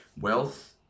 Wealth